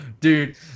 Dude